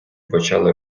почали